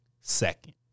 second